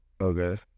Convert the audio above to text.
Okay